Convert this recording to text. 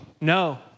No